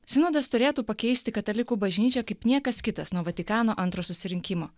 sinodas turėtų pakeisti katalikų bažnyčią kaip niekas kitas nuo vatikano antrojo susirinkimo